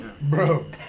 Bro